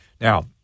Now